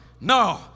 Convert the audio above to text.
No